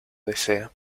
desea